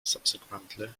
subsequently